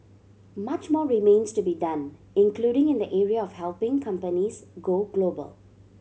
much more remains to be done including in the area of helping companies go global